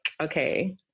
okay